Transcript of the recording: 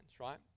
right